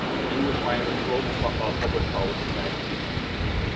an english language global ah public policy magazine.